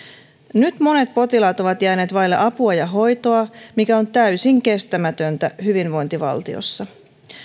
nyt monet potilaat ovat jääneet vaille apua ja hoitoa mikä on täysin kestämätöntä hyvinvointivaltiossa